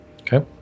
okay